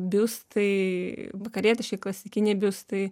biustai vakarietiškai klasikiniai biustai